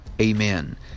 Amen